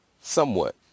somewhat